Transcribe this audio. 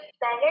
better